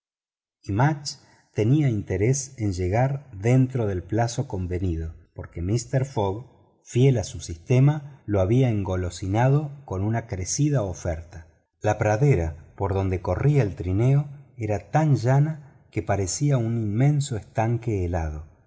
tenía interés en llegar dentro del plazo convenido porque mister fogg fiel a su sistema lo había engolosinado con una crecida oferta la pradera por donde corría el trineo era tan llana que parecía un inmenso estanque helado